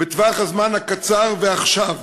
בטווח הזמן הקצר, ועכשיו.